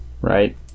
Right